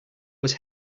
was